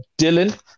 Dylan